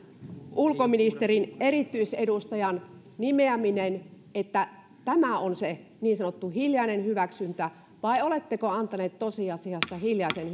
ulkoministerin erityisedustajan nimeäminen on se niin sanottu hiljainen hyväksyntä vai oletteko antaneet tosiasiassa hiljaisen